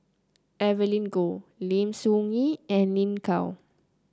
Evelyn Goh Lim Soo Ngee and Lin Gao